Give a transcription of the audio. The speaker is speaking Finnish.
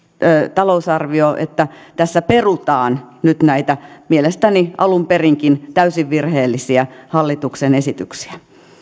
talousarvio että tässä perutaan nyt näitä mielestäni alun perinkin täysin virheellisiä hallituksen esityksiä